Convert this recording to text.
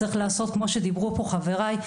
צריך לעשות כמו שדיברו פה חבריי,